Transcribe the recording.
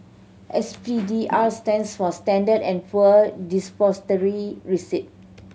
S P D R stands for Standard and Poor Depository Receipt